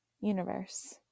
universe